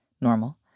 normal